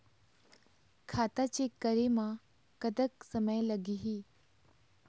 खाता चेक करे म कतक समय लगही?